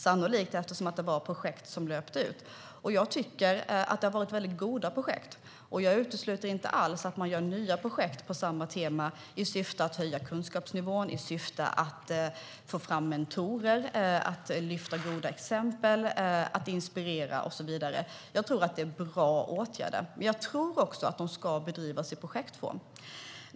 Sannolikt beror det på att det var projekt som löpte ut. Jag tycker att det har varit väldigt goda projekt. Jag utesluter inte alls att man gör nya projekt på samma tema i syfte att höja kunskapsnivån, att få fram mentorer, att lyfta goda exempel, att inspirera och så vidare. Jag tror att det är bra åtgärder. Men jag tror också att detta ska bedrivas i projektform.